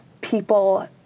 people